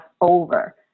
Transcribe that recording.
over